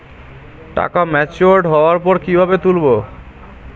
টাকা ম্যাচিওর্ড হওয়ার পর কিভাবে তুলব?